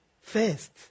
first